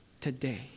today